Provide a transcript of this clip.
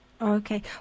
Okay